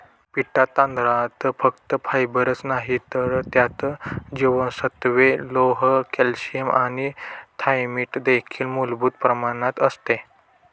पिटा तांदळात फक्त फायबरच नाही तर त्यात जीवनसत्त्वे, लोह, कॅल्शियम आणि थायमिन देखील मुबलक प्रमाणात असते